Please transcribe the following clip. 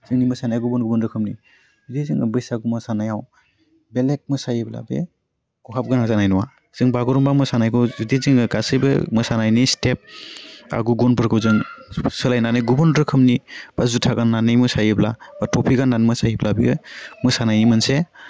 जोंनि मोसानाया गुबुन गुबुन रोखोमनि बे जों बैसागु मोसानायाव बेलेक मोसायोब्ला बे खहाबगोनां जानाय नङा जों बागुुरुम्बा मोसानायखौ जुदि जोङो गासैबो मोसानायनि स्टेप आ गुबुनफोरखौ जों साजायनानै गुबुन रोखोमनि बा जुटा गान्नानै मोसायोब्ला बा थफि गान्नानै मोसायोब्ला बेयो मोसानायनि मोनसे